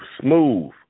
smooth